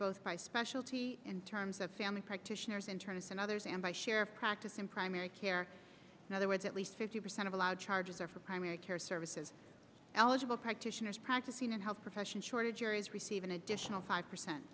both by specialty in terms of family practitioners internists and others and by share of practice in primary care and other words at least fifty percent of allowed charges are for primary care services able practitioners practicing in health professions shortage areas receive an additional five percent